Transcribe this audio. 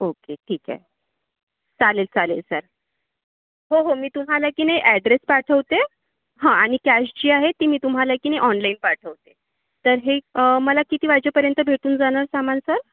okay ठीक आहे चालेल चालेल सर हो हो मी तुम्हाला की नाही ॲड्रेस पाठवते हा आणि कॅश जी आहे ती मी तुम्हाला की नाही ऑनलाईन पाठवते तर हे मला किती वाजेपर्यंत भेटून जाणार सामान सर